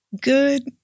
Good